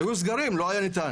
כשהיו סגרים, לא היה אפשר.